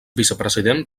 vicepresident